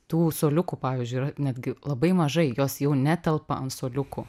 tų suoliukų pavyzdžiui yra netgi labai mažai jos jau netelpa ant suoliukų